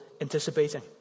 anticipating